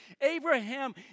Abraham